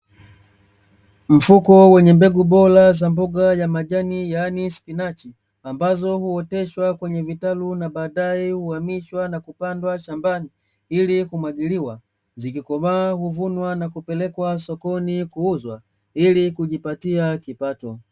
Mfuko wenye mbegu bora za mboga ya majani yani spinachi, ambazo huoteshwa kwenye vitalu na baadae huhamishwa na kupandwa shambani ili kumwagiliwa, zikikomaa huvunwa na kupelekwa sokoni kuuzwa, ili kujipatia kipato.